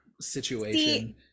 situation